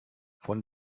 von